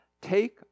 Take